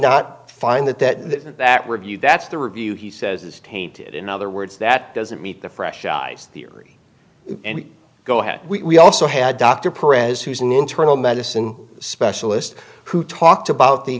not find that that that review that's the review he says is tainted in other words that doesn't meet the fresh eyes theory and go ahead we also had dr prez who's an internal medicine specialist who talked about the